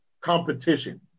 competition